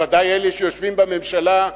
בוודאי אלה שיושבים בממשלה.